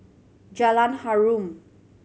Jalan Harum